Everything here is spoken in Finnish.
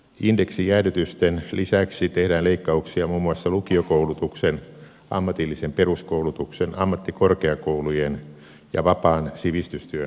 indeksijäädytysten lisäksi tehdään leikkauksia muun muassa lukiokoulutuksen ammatillisen peruskoulutuksen ammattikorkeakoulujen ja vapaan sivistystyön rahoitukseen